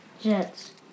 Jets